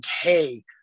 hey